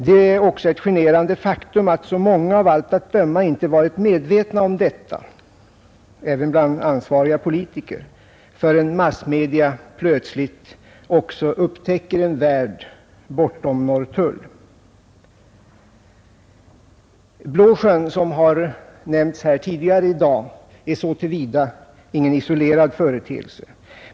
Det är också ett generande faktum att så många av allt att döma inte varit medvetna om detta, även bland ansvariga politiker, förrän massmedia plötsligt också upptäcker en värld bortom Norrtull. Situationen i Blåsjön, som har nämnts här tidigare i dag, är så till vida ingen isolerad företeelse.